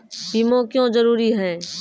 बीमा क्यों जरूरी हैं?